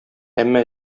әмма